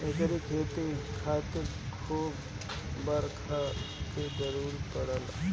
एकरी खेती खातिर खूब बरखा के जरुरत पड़ेला